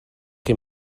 chi